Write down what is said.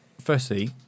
Firstly